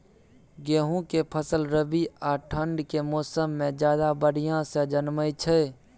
गेहूं के फसल रबी आ ठंड के मौसम में ज्यादा बढ़िया से जन्में छै?